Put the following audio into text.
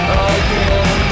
again